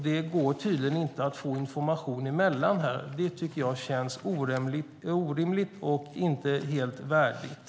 Det går tydligen inte att få fram information dem emellan, vilket jag tycker känns orimligt och inte helt värdigt.